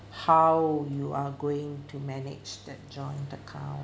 how you are going to manage that joint account